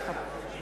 אני אחכה לך.